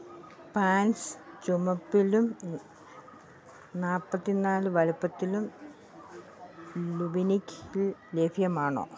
pants ചുമപ്പിലും നാൽപ്പത്തിനാല് വലുപ്പത്തിലും ലുവിനിക്കിൽ ലഭ്യമാണോ